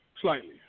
slightly